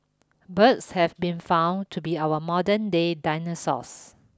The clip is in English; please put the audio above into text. birds have been found to be our modernday dinosaurs